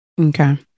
Okay